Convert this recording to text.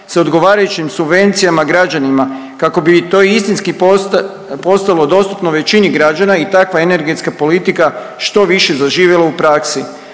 s odgovarajućim subvencijama građanima kako bi to istinski postalo dostupno većini građana i takva energetska politika što više zaživjela u praksi.